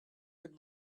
good